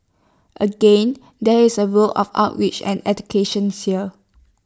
again there is A role of outreach and eductions here